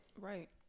right